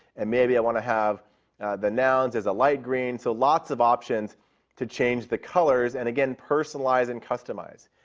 and maybe i want to have the nouns as a light green. so lots of options to change the colors, and again personalize and customize.